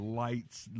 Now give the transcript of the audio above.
lights